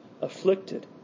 afflicted